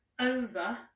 Over